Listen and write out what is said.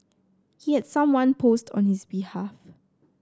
he had someone post on his behalf